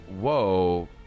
Whoa